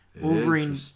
Wolverine